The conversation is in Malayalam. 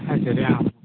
അത് ശരിയാണല്ലോ